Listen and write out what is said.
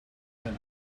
man